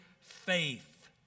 faith